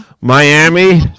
Miami